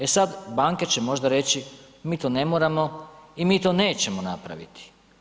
E sad, banke će možda reći mi to ne moramo i mi to nećemo napraviti.